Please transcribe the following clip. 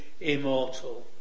immortal